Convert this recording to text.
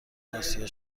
اسیا